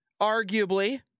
Arguably